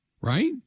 Right